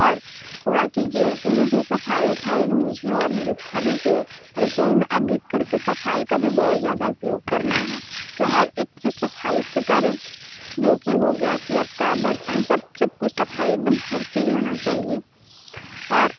और थोड़ा तो ये है कि मुझे सफ़ाई वफ़ाई मुझे और मेरी भाभी को रसोई में अधिक कर के सफ़ाई का भी बहुत ज़्यादा उपयोग करना है कि हर एक चीज़ सफ़ाई से करें जो कि हो गया कि आपका बर्तन सब सब कुछ सफ़ाई एक दम हर चीज़ होना चाहिए और